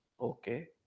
Okay